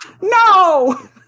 No